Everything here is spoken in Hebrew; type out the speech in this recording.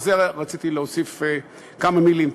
ועל זה רציתי להוסיף כמה מילים.